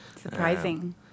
Surprising